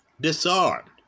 disarmed